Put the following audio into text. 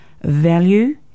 value